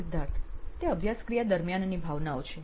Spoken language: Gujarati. સિદ્ધાર્થ તે અભ્યાસક્રિયા દરમિયાનની ભાવનાઓ છે